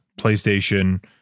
PlayStation